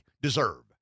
deserve